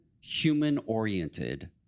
human-oriented